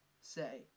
say